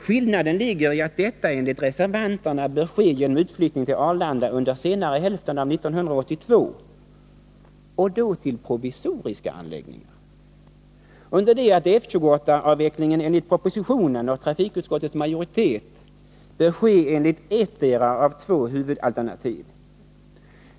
Skillnaden ligger i att detta enligt reservanterna bör ske genom utflyttning till Arlanda under senare hälften av 1982 och då till provisoriska anläggningar, under det att F-28-avvecklingen enligt propositionen och trafikutskottets majoritet bör ske enligt ettdera av två huvudalternativ.